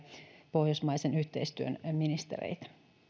pohjoismaisen yhteistyön ministereitä